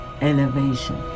elevation